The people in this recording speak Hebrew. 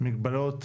מגבלות,